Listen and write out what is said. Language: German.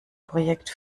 projekt